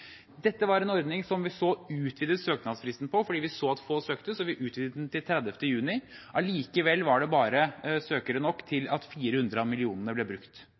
Dette var en ordning som vi så utvidet søknadsfristen på, fordi vi så at få søkte, så vi utvidet den til 30. juni. Allikevel var det bare søkere nok til at 400 av millionene ble brukt.